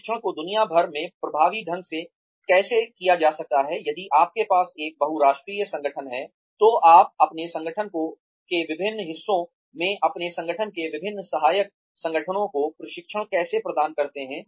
प्रशिक्षण को दुनिया भर में प्रभावी ढंग से कैसे किया जा सकता है यदि आपके पास एक बहुराष्ट्रीय संगठन है तो आप अपने संगठन के विभिन्न हिस्सों में अपने संगठन के विभिन्न सहायक संगठनों को प्रशिक्षण कैसे प्रदान करते हैं